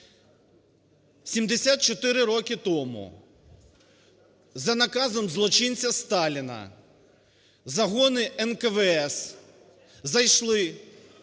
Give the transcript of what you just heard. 74 роки тому за наказом злочинця Сталіна загони НКВС зайшли